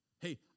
Hey